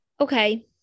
Okay